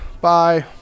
Bye